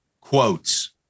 quotes